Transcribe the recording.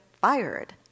fired